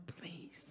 please